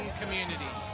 community